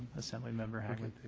assemblymember hagman.